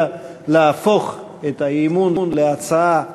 להפוך את הצעת האי-אמון להצעה לסדר-יום.